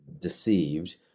deceived